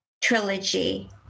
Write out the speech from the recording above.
Trilogy